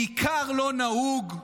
בעיקר לא נהוג,